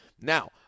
Now